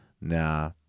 nah